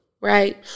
right